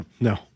No